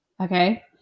Okay